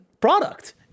product